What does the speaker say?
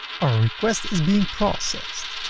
our request is being processed.